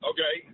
Okay